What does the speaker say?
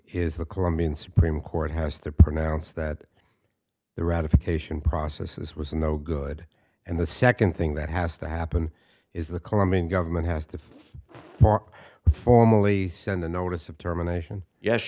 is the colombian supreme court has to pronounce that the ratification process this was no good and the second thing that has to happen is the colombian government has to more formally send a notice of determination yes